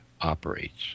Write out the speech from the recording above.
operates